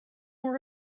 were